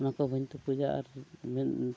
ᱚᱱᱟ ᱠᱚ ᱵᱟᱹᱧ ᱛᱩᱠᱩᱡᱟ ᱟᱨ ᱢᱮᱫ